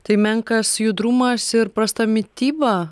tai menkas judrumas ir prasta mityba